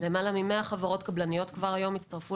יותר מ-100 חברות קבלניות כבר היום הצטרפו